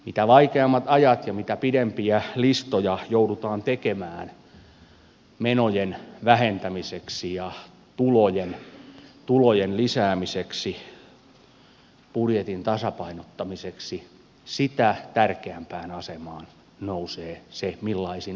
mitä vaikeammat ajat ja mitä pidempiä listoja joudutaan tekemään menojen vähentämiseksi ja tulojen lisäämiseksi budjetin tasapainottamiseksi sitä tärkeämpään asemaan nousee se millaisin arvoin ollaan liikkeellä